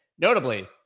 Notably